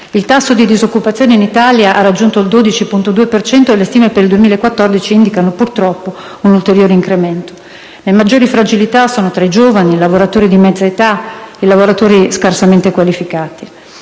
Il tasso di disoccupazione in Italia ha raggiunto il 12,2 per cento e le stime per il 2014 indicano purtroppo un ulteriore incremento. Le maggiori fragilità sono tra i giovani, i lavoratori di mezza età e i lavoratori scarsamente qualificati.